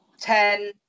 ten